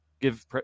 give